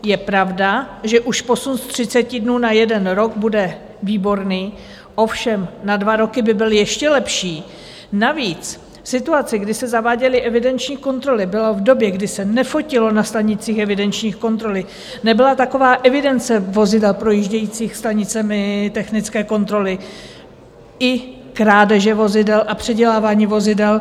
Je pravda, že už posun z 30 dnů na jeden rok bude výborný, ovšem na dva roky by byl ještě lepší, navíc v situaci, kdy se zaváděly evidenční kontroly, to bylo v době, kdy se nefotilo na stanicích evidenční kontroly, nebyla taková evidence vozidel projíždějících stanicemi technické kontroly, i krádeže vozidel a předělávání vozidel.